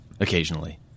occasionally